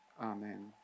amen